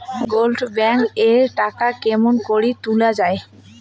Gold bond এর টাকা কেমন করি তুলা যাবে?